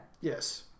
Yes